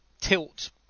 tilt